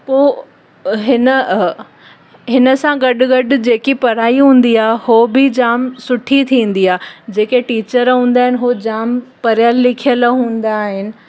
पोइ हिन ह हिन सां गॾु गॾु जेकी पढ़ाई हूंदी आहे हो बि जामु सुठी थींदी आहे जेके टिचर हूंदा आहिनि हू जामु पढ़ियल लिखियल हूंदा आहिनि